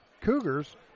Cougars